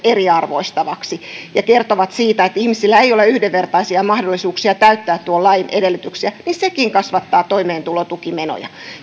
eriarvoistavaksi ja kertovat että ihmisillä ei ole yhdenvertaisia mahdollisuuksia täyttää tuon lain edellytyksiä sekin kasvattaa toimeentulotukimenoja